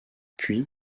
puis